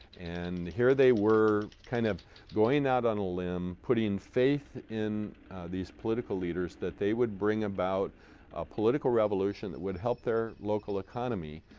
and here they were kind of going out on a limb, putting faith in these political leaders that they would bring about a political revolution that would help their local economy,